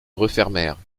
refermèrent